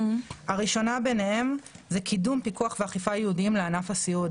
הראשונה ביניהם זה קידום פיקוח ואכיפה ייעודים לענף הסיעוד.